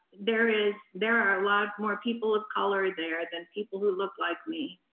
there is, there are a lot more people of color there than people who look like me.